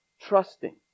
trusting